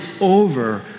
over